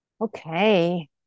Okay